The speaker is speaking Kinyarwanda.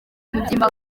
umubyimba